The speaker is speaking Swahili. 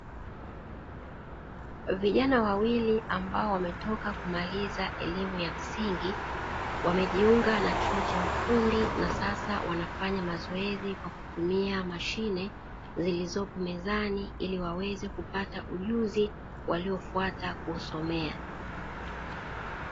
Vijana wawili ambao wametoka kumaliza elimu ya msingi wamejiunga na chuo cha ufundi na sasa wanafanya mazoezi kwa kutumia mashine zilizopo mezani iliwaweze kupata ujuzi waliofuata kusomea.